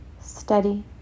steady